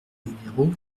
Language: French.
numéro